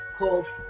Called